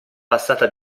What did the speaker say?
passata